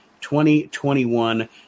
2021